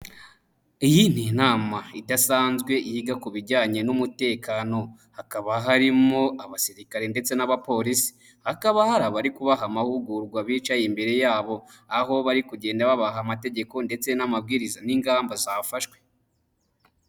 Iyi ni inama idasanzwe yiga ku bijyanye n'umutekano, hakaba harimo abasirikare ndetse n'abapolisi, hakaba hari abari kubaha amahugurwa bicaye imbere yabo, aho bari kugenda babaha amategeko ndetse n'amabwiriza n'ingamba zafashwe.